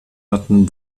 hatten